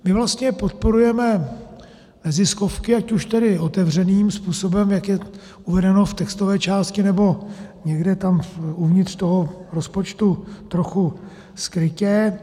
My vlastně podporujeme neziskovky, ať už tedy otevřeným způsobem, jak je uvedeno v textové části, nebo někde tam uvnitř rozpočtu trochu skrytě.